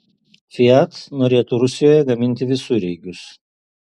fiat norėtų rusijoje gaminti visureigius